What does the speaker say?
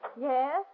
Yes